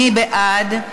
מי בעד?